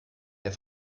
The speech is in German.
der